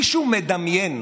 מישהו מדמיין